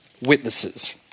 witnesses